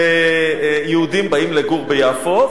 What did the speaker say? יהודים באים לגור ביפו,